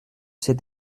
ces